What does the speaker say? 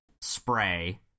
spray